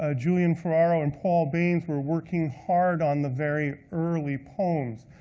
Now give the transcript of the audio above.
ah julian ferraro and paul baines were working hard on the very early poems.